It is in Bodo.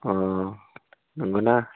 अह नंगौना